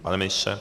Pane ministře?